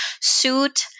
suit